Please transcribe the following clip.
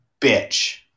bitch